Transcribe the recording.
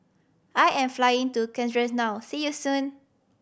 I am flying to Czechia now see you soon